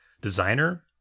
designer